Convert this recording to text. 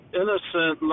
innocent